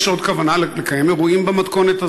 יש עוד כוונה לקיים אירועים במתכונת הזאת?